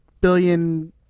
billion